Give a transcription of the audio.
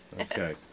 Okay